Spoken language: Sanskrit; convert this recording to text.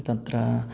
तत्र